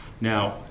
Now